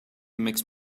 makes